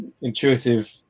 intuitive